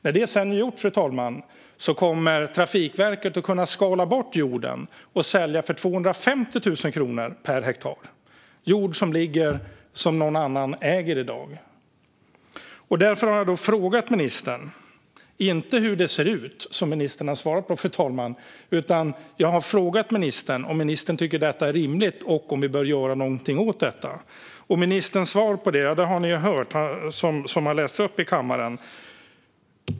När det är gjort kommer Trafikverket att kunna skala bort jorden och sälja för 250 000 per hektar. Det är jord som någon annan äger i dag. Därför har jag ställt en fråga till ministern. Den handlar inte om hur det ser ut, vilket ministern har svarat på, fru talman. Jag har frågat ministern om han tycker att detta är rimligt och om vi bör göra något åt detta. Ministerns svar har vi hört här i kammaren.